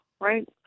right